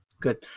good